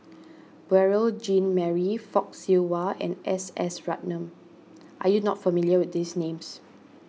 Beurel Jean Marie Fock Siew Wah and S S Ratnam are you not familiar with these names